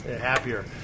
happier